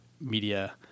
media